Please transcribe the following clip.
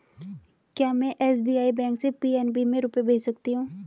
क्या में SBI bank से पी.एन.बी में रुपये भेज सकती हूँ?